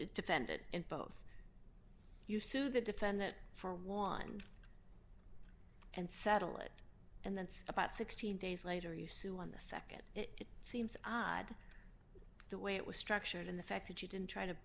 defend it in both you sue the defendant for one and settle it and that's about sixteen days later you sue on the nd it seems odd the way it was structured and the fact that you didn't try to